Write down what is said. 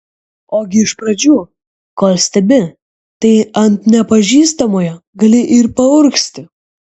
ogi iš pradžių kol stebi tai ant nepažįstamojo gali ir paurgzti